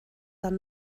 tan